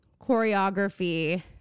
Choreography